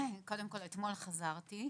קודם כול אתמול חזרתי.